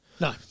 No